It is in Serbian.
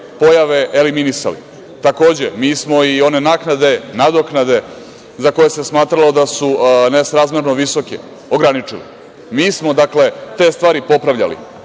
pojave eliminisali. Takođe, mi smo i one naknade, nadoknade za koje se smatralo da su nesrazmerno visoke ograničili. Mi smo te stvari popravljali,